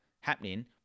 happening